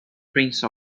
prince